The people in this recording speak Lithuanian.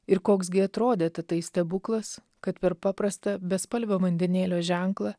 ir koks gi atrodė ta tai stebuklas kad per paprastą bespalvio vandenėlio ženklą